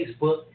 Facebook